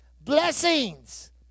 blessings